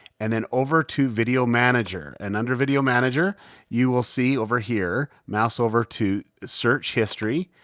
and then over to video manager. and under video manager you will see over here, mouse over to search history.